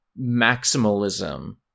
maximalism